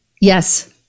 Yes